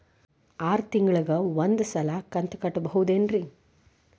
ಆರ ತಿಂಗಳಿಗ ಒಂದ್ ಸಲ ಕಂತ ಕಟ್ಟಬಹುದೇನ್ರಿ?